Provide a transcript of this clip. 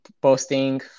posting